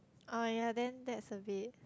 oh ya then that's a bit